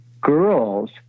girls